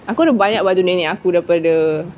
aku ada banyak baju nenek aku daripada